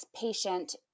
patient